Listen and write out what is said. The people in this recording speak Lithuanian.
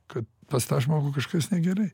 kad pas tą žmogų kažkas negerai